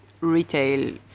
retail